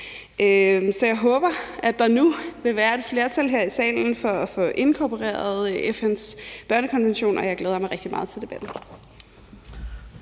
Så jeg håber, at der nu vil være et flertal her i salen for at få inkorporeret FN's børnekonvention, og jeg glæder mig rigtig meget til debatten.